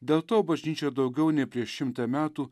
dėl to bažnyčia daugiau nei prieš šimtą metų